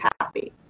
happy